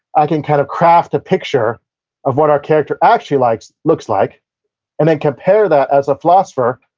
i can kind of craft a picture of what our character actually like looks like and then compare that, as a philosopher,